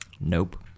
Nope